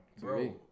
Bro